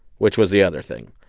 which was the other thing.